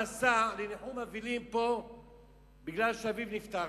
נסע לניחום אבלים פה בגלל שאביו נפטר,